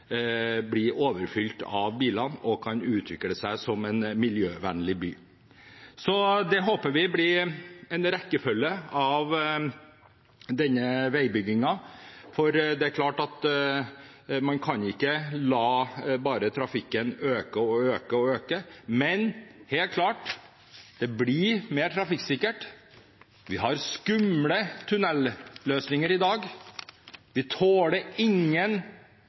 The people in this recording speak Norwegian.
blir overfylt av biler og isteden kan utvikle seg som en miljøvennlig by. Så det håper vi blir en følge av denne veibyggingen. Man kan ikke bare la trafikken øke og øke. Det blir helt klart mer trafikksikkert. Vi har skumle tunnelløsninger i dag, vi tåler ingen